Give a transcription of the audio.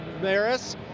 Maris